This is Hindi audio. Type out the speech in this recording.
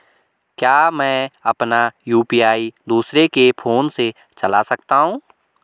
क्या मैं अपना यु.पी.आई दूसरे के फोन से चला सकता हूँ?